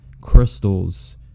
crystals